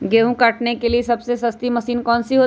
गेंहू काटने के लिए सबसे सस्ती मशीन कौन सी होती है?